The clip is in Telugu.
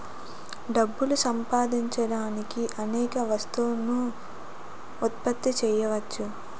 డబ్బులు సంపాదించడానికి అనేక వస్తువులను ఉత్పత్తి చేయవచ్చు